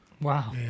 wow